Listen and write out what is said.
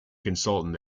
consultant